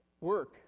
work